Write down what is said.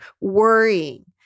worrying